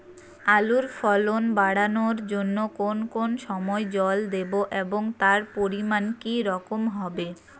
আলুর ফলন বাড়ানোর জন্য কোন কোন সময় জল দেব এবং তার পরিমান কি রকম হবে?